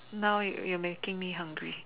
now you're making me hungry